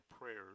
prayers